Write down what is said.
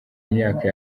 myaka